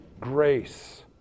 grace